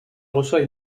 reçoit